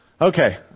Okay